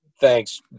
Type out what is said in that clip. thanks